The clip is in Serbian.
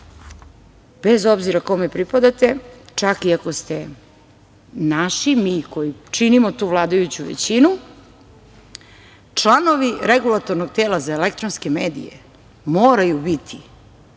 bez obzira kome pripadate, čak i ako ste naši, mi koji činimo tu vladajuću većinu, članovi Regulatornog tela za elektronske medije moraju biti